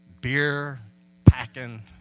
beer-packing